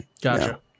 Gotcha